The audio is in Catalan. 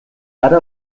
ara